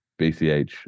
bch